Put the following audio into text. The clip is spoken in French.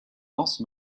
danses